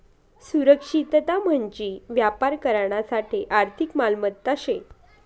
सुरक्षितता म्हंजी व्यापार करानासाठे आर्थिक मालमत्ता शे